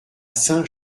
saint